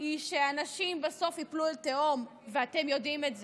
היא שאנשים בסוף ייפלו לתהום, ואתם יודעים את זה.